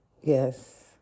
yes